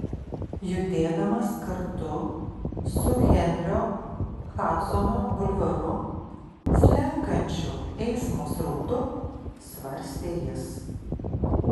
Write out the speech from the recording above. judėdamas kartu su henrio hadsono bulvaru slenkančiu eismo srautu svarstė jis